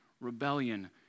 rebellion